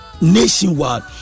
nationwide